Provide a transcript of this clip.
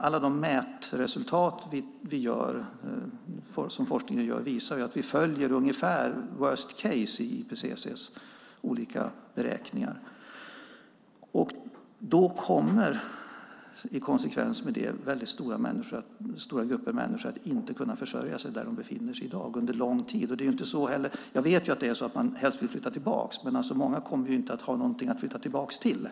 Alla de mätresultat som forskningen tar fram visar att vi följer ungefär worst case, enligt IPCC:s olika beräkningar. I konsekvens med det kommer stora grupper av människor under lång tid att inte kunna försörja sig där de befinner sig i dag. Jag vet att man helst vill flytta tillbaka, men många kommer inte att ha någonting att flytta tillbaka till.